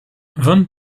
von